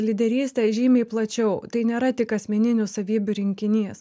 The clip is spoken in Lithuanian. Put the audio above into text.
lyderystę žymiai plačiau tai nėra tik asmeninių savybių rinkinys